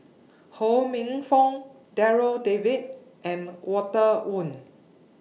Ho Minfong Darryl David and Walter Woon